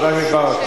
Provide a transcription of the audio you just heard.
חבר הכנסת ברכה.